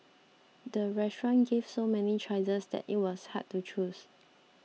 the restaurant gave so many choices that it was hard to choose